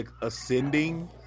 ascending